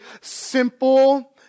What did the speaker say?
simple